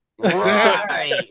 Right